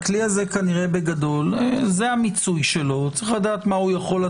כנראה שזה המיצוי של הכלי הזה בגדול,